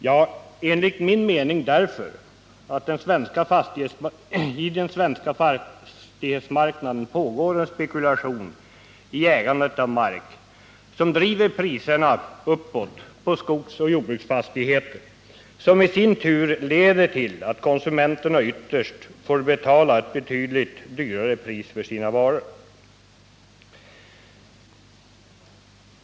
Ja, enligt min mening därför att det på den svenska fastighetsmarknaden pågår en spekulation i ägandet av mark som driver priserna uppåt på skogsoch jordbruksfastigheter, vilket i sin tur leder till att konsumenterna ytterst får betala ett betydligt högre pris för sina varor.